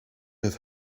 have